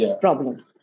problem